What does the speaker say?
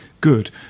good